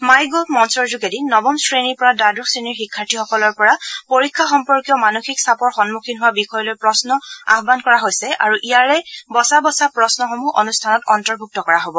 MyGov মঞ্চৰ যোগেদি নৱম শ্ৰেণীৰ পৰা দ্বাদশ শ্ৰেণীৰ শিক্ষাৰ্থীসকলৰ পৰা পৰীক্ষা সম্পৰ্কীয় মানসিক চাপৰ সন্মুখীন হোৱা বিষয় লৈ প্ৰশ্ন আহান কৰা হৈছে আৰু ইয়াৰে বচা বচা প্ৰশ্নসমূহ অনুষ্ঠানত অন্তৰ্ভুক্ত কৰা হব